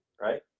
right